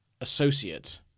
associate